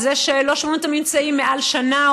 על זה שלא שומרים את הממצאים מעל שנה,